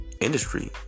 industry